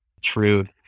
truth